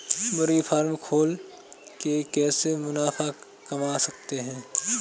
मुर्गी फार्म खोल के कैसे मुनाफा कमा सकते हैं?